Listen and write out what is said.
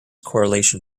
correlation